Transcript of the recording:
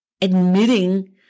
admitting